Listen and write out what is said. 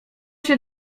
się